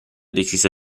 deciso